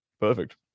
perfect